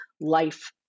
life